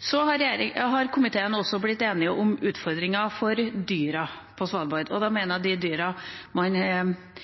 Så har komiteen også blitt enig om utfordringene for dyrene på Svalbard, og da mener jeg de dyrene som er